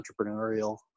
entrepreneurial